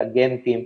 ריאגנטים,